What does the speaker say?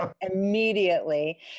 immediately